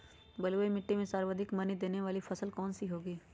बलुई मिट्टी में सर्वाधिक मनी देने वाली फसल कौन सी होंगी?